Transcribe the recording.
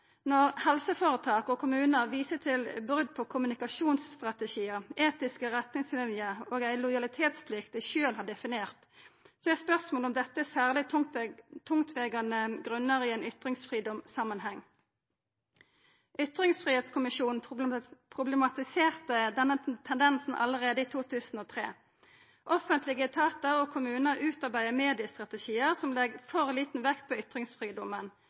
Når helseføretak og kommunar viser til brot på kommunikasjonsstrategiar, etiske retningslinjer og ei lojalitetsplikt dei sjølve har definert, er spørsmålet om dette er særleg tungtvegande grunnar i ein ytringsfridomssamanheng. Ytringsfridomskommisjonen problematiserte denne tendensen allereie i 2003. Offentlege etatar og kommunar utarbeider mediestrategiar som legg for liten vekt på ytringsfridomen.